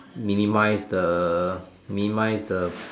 minimise the minimise the